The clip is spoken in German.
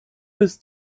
bis